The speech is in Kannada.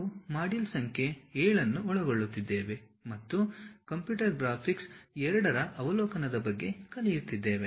ನಾವು ಮಾಡ್ಯೂಲ್ 7 ಅನ್ನು ಒಳಗೊಳ್ಳುತ್ತಿದ್ದೇವೆ ಮತ್ತು ಕಂಪ್ಯೂಟರ್ ಗ್ರಾಫಿಕ್ಸ್ II ರ ಅವಲೋಕನದ ಬಗ್ಗೆ ಕಲಿಯುತ್ತಿದ್ದೇವೆ